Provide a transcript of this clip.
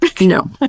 No